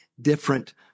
different